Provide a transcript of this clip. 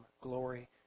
glory